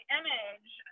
image